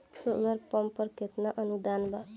Solar pump पर केतना अनुदान बा?